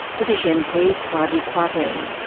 british mp, kwasi kwarteng.